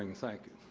thank you.